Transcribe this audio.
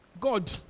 God